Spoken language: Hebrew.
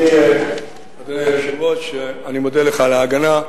אדוני היושב-ראש, אני מודה לך על ההגנה.